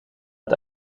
het